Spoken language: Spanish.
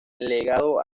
legado